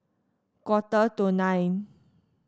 quarter to nine